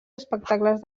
espectacles